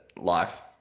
life